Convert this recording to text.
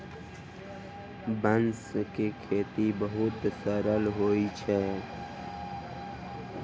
बांस के खेती बहुत सरल होइत अछि